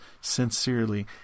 sincerely